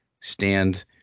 stand